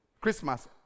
Christmas